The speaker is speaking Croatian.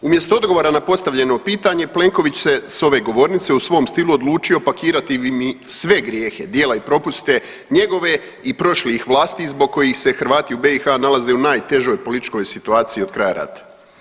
Umjesto odgovora na postavljeno pitanje Plenković se s ove govornice u svom stilu odlučio pakirati mi sve grijehe, dijela i propuste njegove i prošlih vlasti zbog kojih se Hrvati u BiH nalaze u najtežoj političkoj situaciji od kraja rata.